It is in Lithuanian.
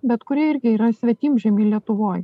bet kurie irgi yra svetimžemiai lietuvoj